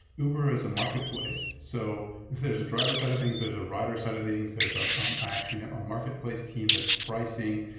uber is a marketplace. so there's a driver side of things. there's a rider side of things. there's, um actually, a marketplace team. there's pricing.